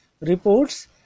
reports